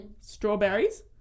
strawberries